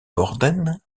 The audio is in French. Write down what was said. borden